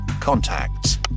contacts